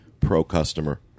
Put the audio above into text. pro-customer